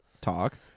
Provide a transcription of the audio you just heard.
Talk